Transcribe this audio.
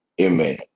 Amen